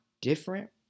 different